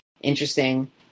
interesting